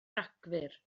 rhagfyr